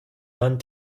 young